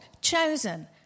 chosen